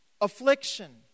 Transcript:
affliction